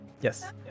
Yes